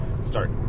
start